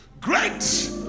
great